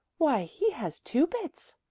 why he has two bits,